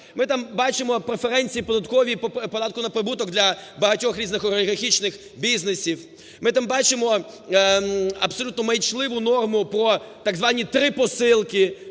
ми там бачимо преференції податкові по податку на прибуток для багатьох різних олігархічних бізнесів, ми там бачимо абсолютно маячливу норму про так звані три посилки,